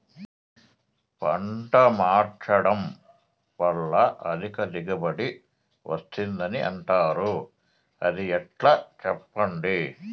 పంట మార్చడం వల్ల అధిక దిగుబడి వస్తుందని అంటారు అది ఎట్లా సెప్పండి